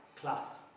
class